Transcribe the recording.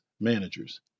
managers